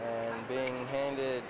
and being handed